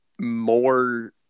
more